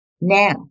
Now